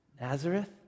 Nazareth